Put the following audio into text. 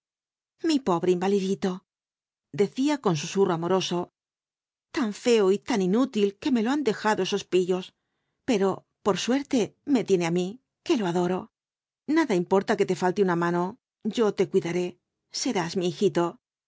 mi pobre invalidito decía con susurro amoroso jtan feo y tan inútil que me lo han dejado esos pillos pero por suerte me tiene á mí que lo adoro nada importa que te falte una mano yo te cuidaré serás mi hijito